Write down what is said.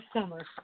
summer